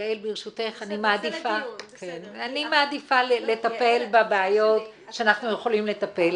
אני מעדיפה לטפל בבעיות שאנחנו יכולים לטפל.